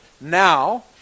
now